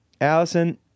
Allison